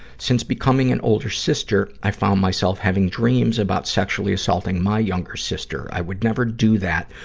since becoming an older sister, i found myself having dreams about sexually assaulting my younger sister. i would never do that,